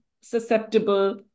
susceptible